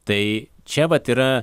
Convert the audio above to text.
tai čia vat yra